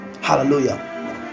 hallelujah